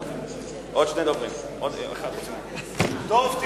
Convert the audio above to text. דב, אני מבקש דקה בדיוק.